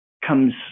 comes